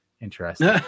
interesting